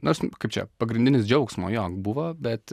nors kaip čia pagrindinis džiaugsmo jo buvo bet